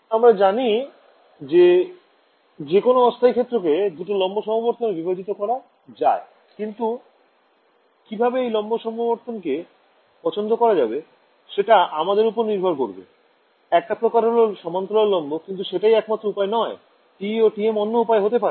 আমরা জানি যে যেকোনো অস্থায়ী ক্ষেত্রকে দুটো লম্ব সমবর্তন এ বিভাজিত করা যায় কিন্তু কিভাবে ঐ লম্ব সমবর্তন কে পছন্দ করা যাবে সেটা আমাদের ওপর নির্ভর করবে একটা প্রকার হল সমান্তরাল লম্ব কিন্তু সেটাই একমাত্র উপায় নয় TE ও TM অন্য উপায় হতে পারে